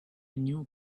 new